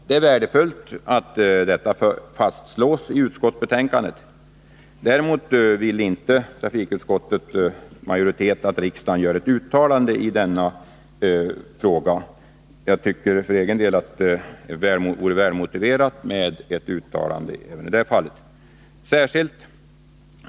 Det är värdefullt att detta fastslås i utskottsbetänkandet. Däremot föreslår inte trafikutskottets majoritet att riksdagen skall göra ett uttalande i denna fråga. Jag tycker för egen del att det vore välmotiverat med ett sådant uttalande.